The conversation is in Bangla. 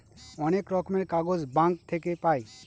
অনেক রকমের কাগজ ব্যাঙ্ক থাকে পাই